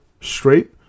straight